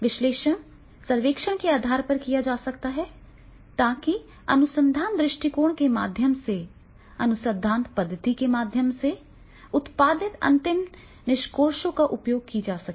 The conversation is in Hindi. विश्लेषण सर्वेक्षण के आधार पर किया जा सकता है ताकि अनुसंधान दृष्टिकोण के माध्यम से अनुसंधान पद्धति के माध्यम से उत्पादित अंतिम निष्कर्षों का उपयोग किया जा सके